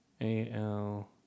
A-L